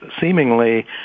seemingly